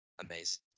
Amazing